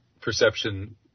perception